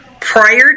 Prior